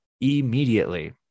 immediately